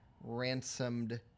ransomed